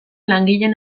langileen